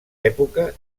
època